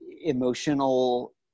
emotional